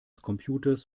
computers